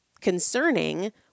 concerning